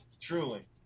truly